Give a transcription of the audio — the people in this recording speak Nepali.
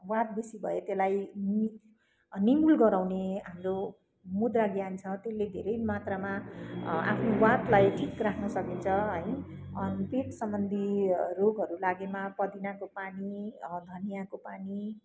वाहात बेसी भए त्यसलाई नि निम्न गराउने हाम्रो मुद्रा ज्ञान छ त्यसले धेरै मात्रामा आफ्नो वाहातलाई ठिक राख्नसकिन्छ है अनि पेट सम्बन्धी रोगहरू लागेमा पदिनाको पानी धनियाँको पानी